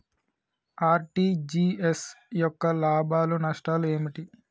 RTGS యొక్క లాభాలు నష్టాలు ఏమిటి?